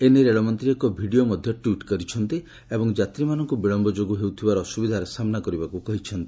ଏ ନେଇ ରେଳମନ୍ତ୍ରୀ ଏକ ଭିଡ଼ିଓ ମଧ୍ୟ ଟ୍ୱିଟ୍ କରିଛନ୍ତି ଏବଂ ଯାତ୍ରୀମାନଙ୍କୁ ବିଳୟ ଯୋଗୁଁ ହେଉଥିବା ଅସୁବିଧାର ସାମ୍ନା କରିବାକୁ କହିଛନ୍ତି